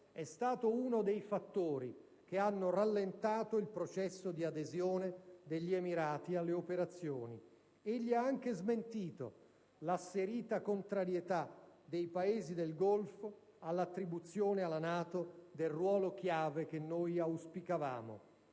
è stata uno dei fattori che hanno rallentato il processo di adesione degli Emirati alle operazioni. Egli ha anche smentito l'asserita contrarietà dei Paesi del Golfo all'attribuzione alla NATO del ruolo chiave che noi auspicavamo.